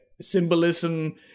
symbolism